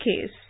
case